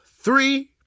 three